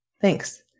Thanks